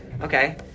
Okay